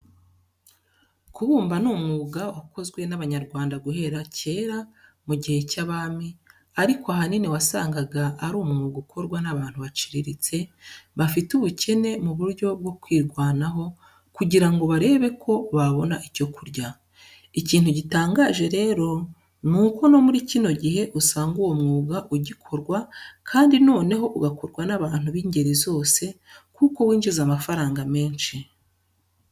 Kubumba ni umwuga wakozwe n'Abanyarwanda guhera kera mu gihe cy'abami ariko ahanini wasangaga ari umwuga ukorwa n'abantu baciriritse bafite ubukene mu buryo bwo kwirwanaho, kugira ngo barebe ko babona icyo kurya. Ikintu gitangaje rero nuko no muri kino gihe usanga uwo mwuga ugikorwa kandi noneho ugakorwa n'abantu b'ingeri zose kuko winjiza amafaranga menshi.